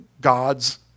God's